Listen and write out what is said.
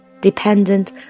dependent